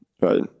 Right